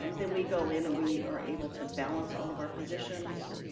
um then we go in and we are able to balance all of our positions,